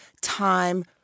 time